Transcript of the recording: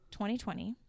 2020